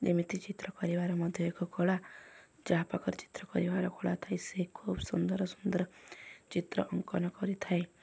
ଯେମିତି ଚିତ୍ର କରିବାର ମଧ୍ୟ ଏକ କଳା ଯାହା ପାଖରେ ଚିତ୍ର କରିବାର କଳା ଥାଏ ସେ ଖୁବ୍ ସୁନ୍ଦର ସୁନ୍ଦର ଚିତ୍ର ଅଙ୍କନ କରିଥାଏ